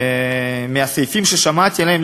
הסעיפים ששמעתי עליהם.